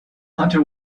hunter